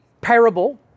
parable